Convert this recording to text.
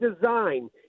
design